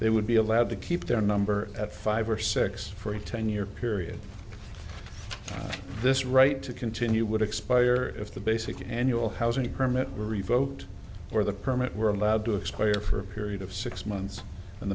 they would be allowed to keep their number at five or six for a ten year period this right to continue would expire if the basic annual housing permit were revoked or the permit were allowed to expire for a period of six months and